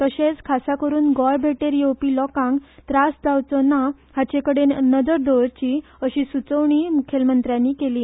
तशेंच खास करून गोंय भेटेर येवपी लोकांक त्रास जावचो ना हाचे कडेन नदर दवरची अशी सुचोवणी मुखेलमंत्र्यान केली